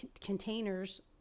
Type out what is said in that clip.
containers